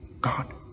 God